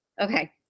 Okay